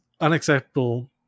unacceptable